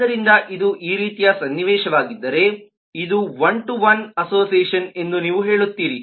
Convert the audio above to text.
ಆದ್ದರಿಂದ ಇದು ಈ ರೀತಿಯ ಸನ್ನಿವೇಶವಾಗಿದ್ದರೆ ಇದು ಒನ್ ಟು ಒನ್ ಅಸೋಸಿಯೇಷನ್ ಎಂದು ನೀವು ಹೇಳುತ್ತೀರಿ